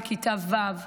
בכיתה ו'.